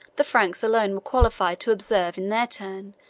the franks alone were qualified to observe in their turn,